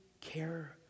care